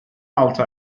altı